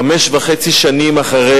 חמש שנים וחצי אחרי